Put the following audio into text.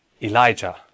Elijah